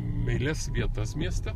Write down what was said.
meilias vietas mieste